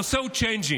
הנושא הוא צ'יינג'ים.